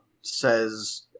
says